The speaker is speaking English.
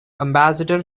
ambassador